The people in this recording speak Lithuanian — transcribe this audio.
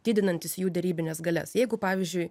didinantis jų derybines galias jeigu pavyzdžiui